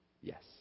Yes